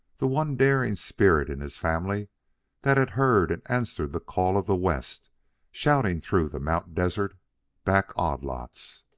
the one daring spirit in his family that had heard and answered the call of the west shouting through the mount desert back odd-lots.